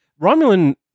Romulan